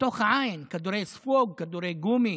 כדורי ספוג, כדורי גומי,